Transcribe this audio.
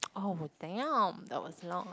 oh damn that was not